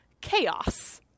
chaos